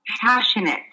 passionate